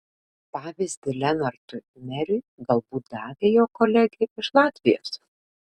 pavyzdį lenartui meriui galbūt davė jo kolegė iš latvijos